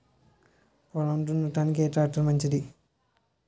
పొలం దున్నుటకు ఏ ట్రాక్టర్ మంచిది?